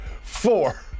Four